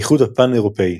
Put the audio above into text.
האיחוד הפאן אירופאי